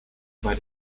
bei